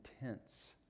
intense